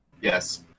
Yes